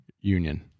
union